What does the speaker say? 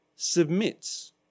submits